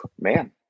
man